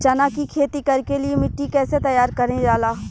चना की खेती कर के लिए मिट्टी कैसे तैयार करें जाला?